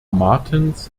martens